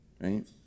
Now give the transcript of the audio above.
right